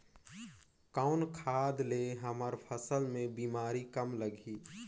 कौन खाद ले हमर फसल मे बीमारी कम लगही?